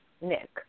Nick